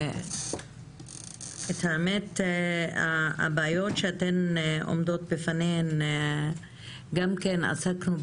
האמת היא שהבעיות שעומדות בפניכן הן בעיות שגם כן,